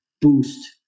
boost